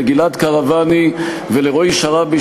לגלעד קרוואני ולרועי שרעבי,